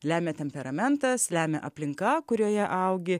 lemia temperamentas lemia aplinka kurioje augi